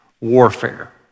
warfare